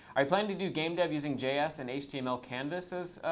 i plan to do game dev using js and html canvasses,